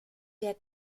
der